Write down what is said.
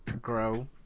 grow